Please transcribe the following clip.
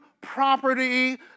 Property